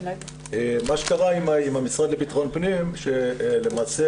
מה שקרה עם המשרד לבט"פ שלמעשה